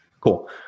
Cool